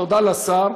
תודה לשר,